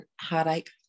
heartache